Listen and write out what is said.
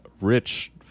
rich